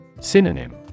Synonym